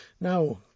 now